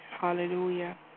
Hallelujah